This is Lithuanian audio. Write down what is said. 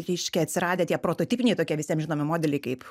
reiškia atsiradę tie prototipiniai tokie visiems žinomi modeliai kaip